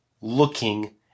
looking